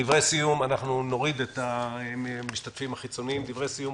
דברי סיום, חברי הכנסת.